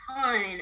ton